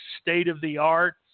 state-of-the-art